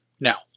Now